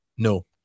No